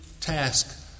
task